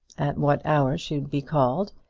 at what hour she would be called,